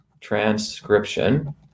transcription